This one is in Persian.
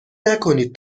نکنید